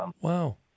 Wow